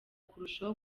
kurushaho